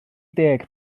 deg